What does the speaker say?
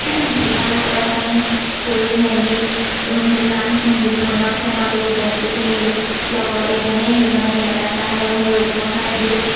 শিৱসাগৰত আমি ফুৰি মেলি দোকান দোকানত সোমালোঁ বস্তু কিনিলোঁ লগৰ ইজনীয়ে সিজনীক এটা এটা সৰু সৰু উপহাৰ দিলোঁ